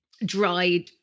Dried